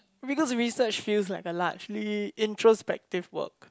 because research feels like a largely introspective work